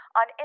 on